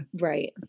right